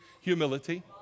humility